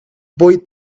boy